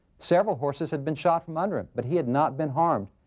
several horses had been shot from under him, but he had not been harmed.